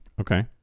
Okay